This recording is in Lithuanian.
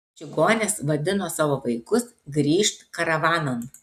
čigonės vadino savo vaikus grįžt karavanan